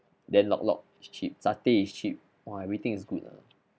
then lok lok cheap cheap satay is cheap !wah! everything is good ah